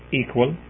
equal